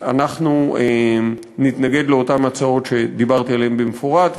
אנחנו נתנגד לאותן הצעות שדיברתי עליהן במפורט,